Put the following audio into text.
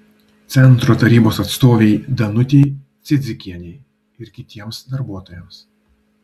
centro tarybos atstovei danutei cidzikienė ir kitiems darbuotojams